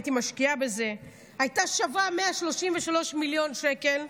הייתי משקיעה בזה: הייתה שווה 133 מיליון שקל,